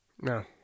No